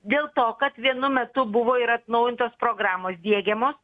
dėl to kad vienu metu buvo ir atnaujintos programos diegiamos